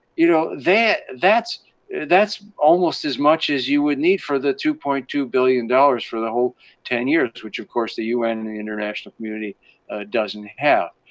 you know, that's that's almost as much as you would need for the two point two billion dollars for the whole ten years, which of course the un and the international community doesn't have.